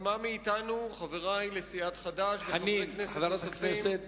כמה מאתנו, חברי לסיעת חד"ש וחברי כנסת נוספים,